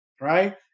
right